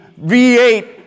V8